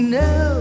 no